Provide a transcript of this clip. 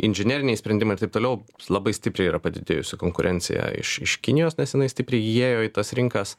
inžineriniai sprendimai ir taip toliau labai stipriai yra padidėjusi konkurencija iš iš kinijos nes jinai stipriai įėjo į tas rinkas